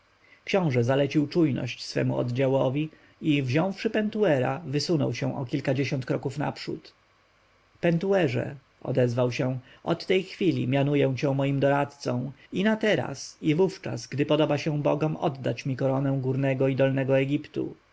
książę zalecił czujność swemu oddziałowi i wziąwszy pentuera wysunął się o kilkadziesiąt kroków naprzód pentuerze odezwał się od tej chwili mianuję cię moim doradcą i na teraz i wówczas gdy spodoba się bogom oddać mi koronę górnego i dolnego egiptu